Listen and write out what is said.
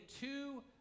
two